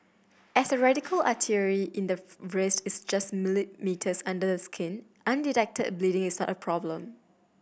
as the radial artery in the wrist is just millimetres under the skin undetected bleeding is a problem